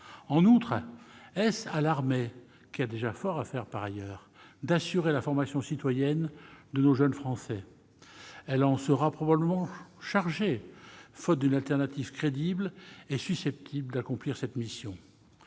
En outre, est-ce à l'armée, qui a déjà fort à faire par ailleurs, d'assurer la formation citoyenne de nos jeunes Français ? Elle en sera probablement chargée, faute d'une alternative crédible susceptible d'accomplir cette mission.